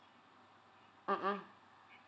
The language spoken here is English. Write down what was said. mmhmm